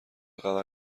خبر